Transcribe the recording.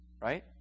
right